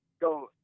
go